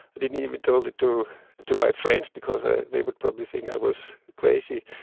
i didn't even told it to it to my friends because ah they would probably think i was crazy.